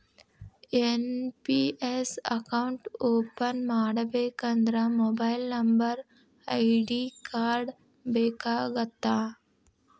NPS account open ಮಾಡಬೇಕಂದ್ರ mobile number ID card ಬೇಕಾಗತ್ತಾ?